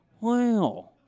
Wow